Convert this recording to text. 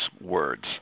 words